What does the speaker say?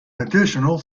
additional